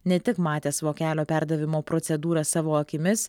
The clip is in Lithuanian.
ne tik matęs vokelio perdavimo procedūrą savo akimis